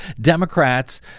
Democrats